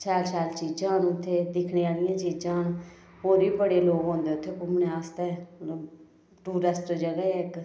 शैल शैल चीज़ां अदूं उत्थें दिक्खने आह्लियां चीज़ां होर बी बड़े लोग आंदे उत्थें घूमने आस्तै मतलब टूरिस्ट जेह्ड़े इक